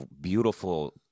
beautiful